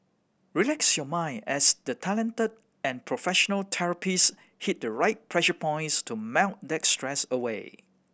relax your mind as the talented and professional therapist hit the right pressure points to melt that stress away